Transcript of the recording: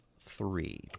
three